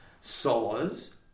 Solos